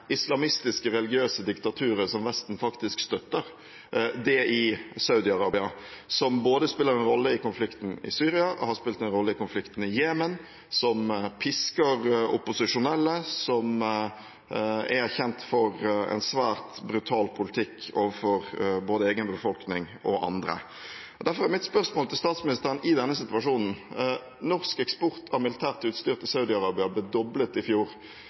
islamistiske, religiøse diktaturet som Vesten faktisk støtter, det i Saudi-Arabia, som spiller en rolle i konflikten i Syria, har spilt en rolle i konflikten i Jemen, som pisker opposisjonelle, som er kjent for en svært brutal politikk overfor både egen befolkning og andre. Derfor er mitt spørsmål til statsministeren i denne situasjonen: Norsk eksport av militært utstyr til Saudi-Arabia ble doblet i fjor.